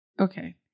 okay